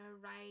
right